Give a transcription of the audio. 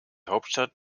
hauptstadt